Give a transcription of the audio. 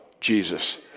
Jesus